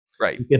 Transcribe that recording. Right